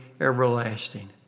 everlasting